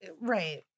right